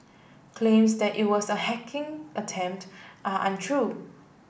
claims that it was a hacking attempt are untrue